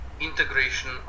integration